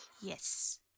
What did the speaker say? Yes